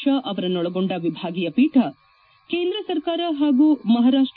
ಶಾ ಅವರನ್ನೊಳಗೊಂಡ ವಿಭಾಗೀಯ ಪೀಠ ಕೇಂದ್ರ ಸರ್ಕಾರ ಹಾಗೂ ಮಹಾರಾಷ್ಟ